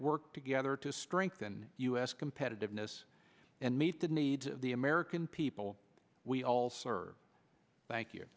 work together to strengthen u s competitiveness and meet the needs of the american people we all sir thank you